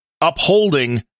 upholding